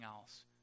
else